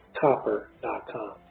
copper.com